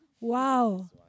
wow